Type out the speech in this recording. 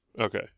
Okay